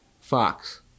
Fox